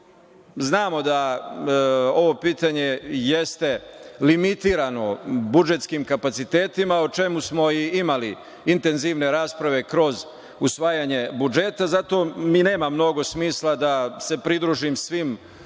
Znamo da ovo pitanje jeste limitirano budžetskim kapacitetima, a o čemu smo imali intenzivne rasprave kroz usvajanje budžetu. Zato i nema mnogo smisla da se pridružim svim žalopojkama